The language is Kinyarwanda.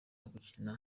gukina